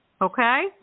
Okay